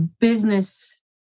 business